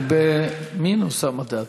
הוא במינוס, המדד,